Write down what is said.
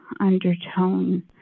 undertone